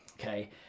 Okay